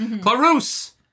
Clarus